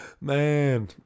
Man